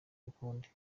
ukundi